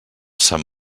sant